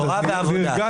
נרגעתי.